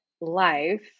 life